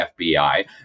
FBI